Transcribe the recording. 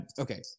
okay